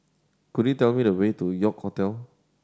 could you tell me the way to York Hotel